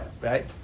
right